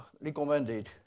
recommended